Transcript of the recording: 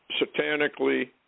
satanically